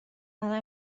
الان